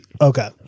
Okay